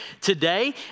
today